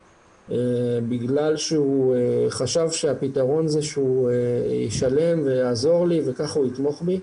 איך לא ידעתי שיש מקום שיכול לעזור לבן שלי?